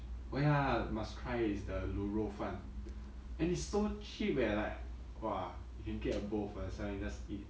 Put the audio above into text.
oh ya must try is the 卤肉饭 and it's so cheap eh like !wah! you can get a bowl for yourself and just eat